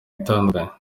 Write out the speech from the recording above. itandukanye